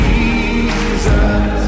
Jesus